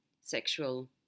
sexual